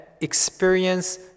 experience